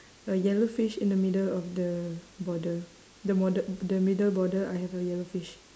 a yellow fish in the middle of the border the border the middle border I have a yellow fish